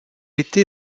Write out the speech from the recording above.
était